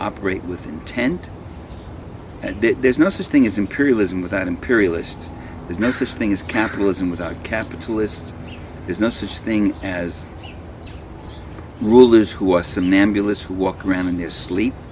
operate with intent and that there's no such thing as imperialism without imperialist is no such thing as capitalism without capitalists there's no such thing as rulers who are some nebulous who walk around in their sleep